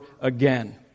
again